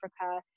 Africa